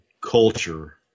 culture